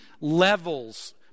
levels